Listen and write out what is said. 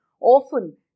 Often